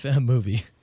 movie